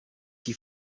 qui